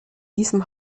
diesem